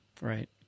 Right